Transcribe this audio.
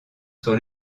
sur